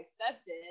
accepted